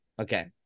Okay